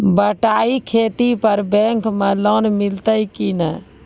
बटाई खेती पर बैंक मे लोन मिलतै कि नैय?